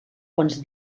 quants